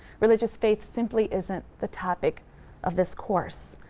religious faith simply isn't the topic of this course.